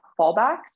fallbacks